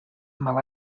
mal